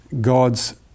God's